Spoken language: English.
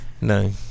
No